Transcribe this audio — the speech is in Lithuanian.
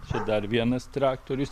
čia dar vienas traktorius